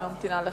נעבור